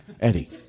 Eddie